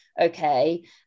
okay